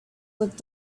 with